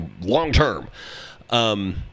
long-term